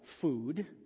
food